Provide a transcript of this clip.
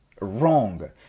wrong